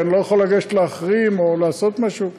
כי אני לא יכול לגשת להחרים או לעשות משהו.